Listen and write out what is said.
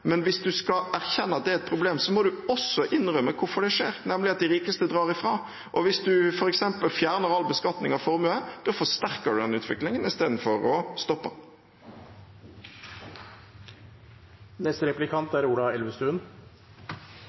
Men hvis en skal erkjenne at det er et problem, må en også innrømme hvorfor det skjer, nemlig at de rikeste drar ifra. Og hvis en f.eks. fjerner all beskatning av formue, forsterker en den utviklingen i stedet for å stoppe